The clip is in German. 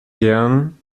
gern